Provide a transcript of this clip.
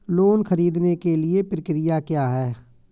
Loan ख़रीदने के लिए प्रक्रिया क्या है?